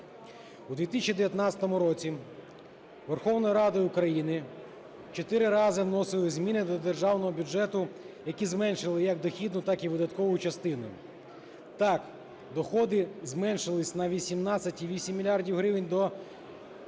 У 2019 році Верховою Радою України чотири рази вносились зміни до державного бюджету, які зменшили як дохідну так і видаткову частину. Так, доходи зменшились на 18,8 мільярдів гривень до